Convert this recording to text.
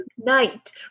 Night